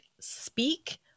speak